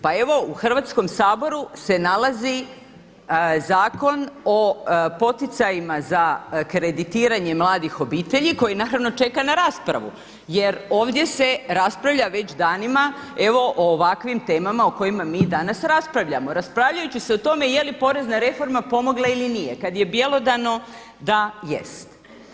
Pa evo u Hrvatskom saboru se nalazi Zakon o poticajima za kreditiranje mladih obitelji koji naravno čeka na raspravu, jer ovdje se raspravlja već danima evo o ovakvim temama o kojima mi danas raspravljamo, raspravljajući se o tome je li porezna reforma pomogla ili nije, kad je bjelodano da jest.